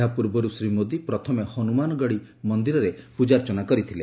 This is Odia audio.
ଏହା ପୂର୍ବରୁ ଶ୍ରୀ ମୋଦୀ ପ୍ରଥମେ ହନୁମାନଗତୀ ମନିରରେ ପୂଜାର୍ଚ୍ଚନା କରିଥିଲେ